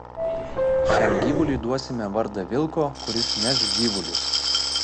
šiam gyvuliui duosime vardą vilko kuris neš gyvulius